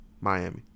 Miami